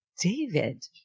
David